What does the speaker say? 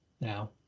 now